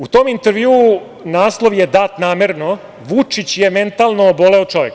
U tom intervjuu naslov je dat namerno - Vučić je mentalno oboleo čovek.